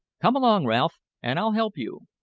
come along, ralph, and i'll help you!